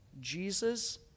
Jesus